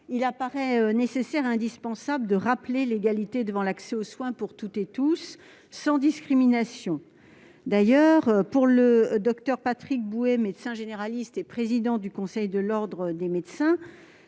il apparaît nécessaire et indispensable de rappeler le principe de l'égalité devant l'accès aux soins pour toutes et tous, sans discrimination. D'ailleurs, pour le docteur Patrick Bouet, médecin généraliste et président du Conseil national de l'Ordre des médecins,